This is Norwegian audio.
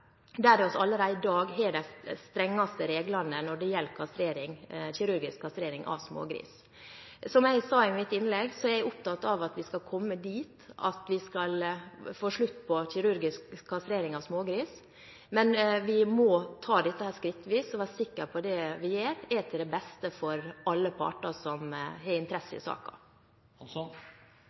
der vi allerede i dag har de strengeste reglene når det gjelder kirurgisk kastrering av smågris. Som jeg sa i mitt innlegg, er jeg opptatt av at vi skal komme dit at vi skal få slutt på kirurgisk kastrering av smågris, men vi må ta dette skrittvis og være sikre på at det vi gjør, er til det beste for alle parter som har interesse i